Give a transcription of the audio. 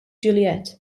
juliet